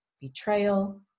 betrayal